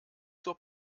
zur